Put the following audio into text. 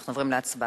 אנחנו עוברים להצבעה.